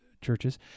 churches